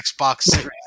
Xbox